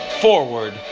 Forward